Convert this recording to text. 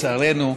את צערנו,